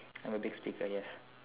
I'm a big speaker yes